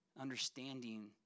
understanding